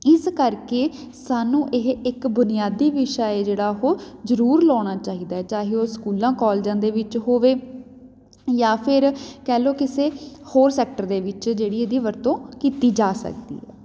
ਇਸ ਕਰਕੇ ਸਾਨੂੰ ਇਹ ਇੱਕ ਬੁਨਿਆਦੀ ਵਿਸ਼ਾ ਹੈ ਜਿਹੜਾ ਉਹ ਜ਼ਰੂਰ ਲਾਉਣਾ ਚਾਹੀਦਾ ਚਾਹੇ ਉਹ ਸਕੂਲਾਂ ਕੋਲਜਾਂ ਦੇ ਵਿੱਚ ਹੋਵੇ ਜਾਂ ਫਿਰ ਕਹਿ ਲਉ ਕਿਸੇ ਹੋਰ ਸੈਕਟਰ ਦੇ ਵਿੱਚ ਜਿਹੜੀ ਇਹਦੀ ਵਰਤੋਂ ਕੀਤੀ ਜਾ ਸਕਦੀ ਹੈ